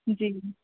जी